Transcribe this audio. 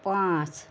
پانٛژ